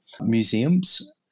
museums